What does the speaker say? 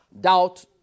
doubt